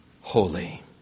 holy